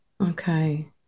Okay